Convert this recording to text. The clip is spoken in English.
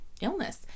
illness